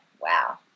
wow